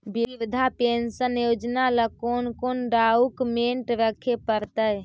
वृद्धा पेंसन योजना ल कोन कोन डाउकमेंट रखे पड़तै?